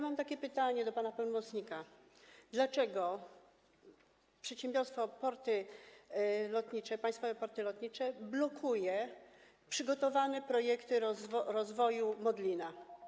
Mam takie pytanie do pana pełnomocnika: Dlaczego Przedsiębiorstwo Państwowe „Porty Lotnicze” blokuje przygotowane projekty rozwoju Modlina?